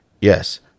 yes